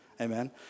Amen